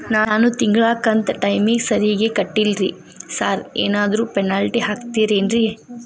ನಾನು ತಿಂಗ್ಳ ಕಂತ್ ಟೈಮಿಗ್ ಸರಿಗೆ ಕಟ್ಟಿಲ್ರಿ ಸಾರ್ ಏನಾದ್ರು ಪೆನಾಲ್ಟಿ ಹಾಕ್ತಿರೆನ್ರಿ?